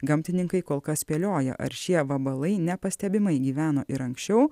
gamtininkai kol kas spėlioja ar šie vabalai nepastebimai gyveno ir anksčiau